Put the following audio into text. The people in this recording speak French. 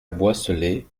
boisselée